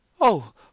Oh